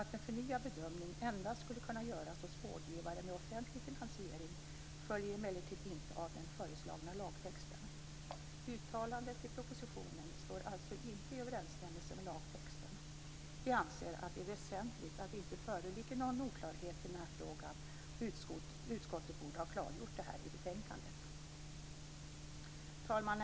Att en förnyad bedömning endast skulle kunna göras hos vårdgivare med offentlig finansiering följer emellertid inte av den föreslagna lagtexten. Uttalandet i propositionen står alltså inte i överensstämmelse med lagtexten. Vi anser att det är väsentligt att det inte föreligger någon oklarhet i denna fråga. Utskottet borde ha klargjort detta i betänkandet. Fru talman!